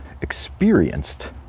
experienced